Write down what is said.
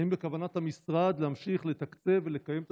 האם בכוונת המשרד להמשיך לתקצב ולקיים את